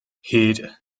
hud